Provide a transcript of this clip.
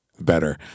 Better